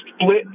split